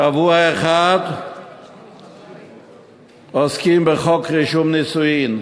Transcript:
שבוע אחד עוסקים בחוק אזורי רישום נישואין,